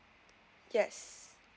yes